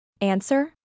Answer